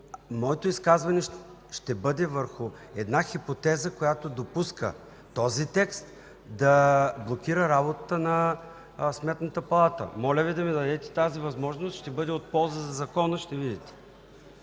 Моето изказване ще бъде върху една хипотеза, която допуска този текст да блокира работата на Сметната палата. Моля Ви да ми дадете тази възможност. Ще бъде от полза за закона. Ще видите.